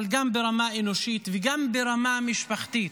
אבל גם ברמה האנושית וגם ברמה המשפחתית.